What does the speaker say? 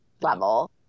level